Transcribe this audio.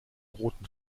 roten